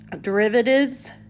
derivatives